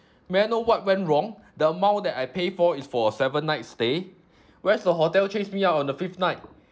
may I know what went wrong the amount that I pay for is for a seven nights stay whereas the hotel chase me out on the fifth night